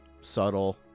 subtle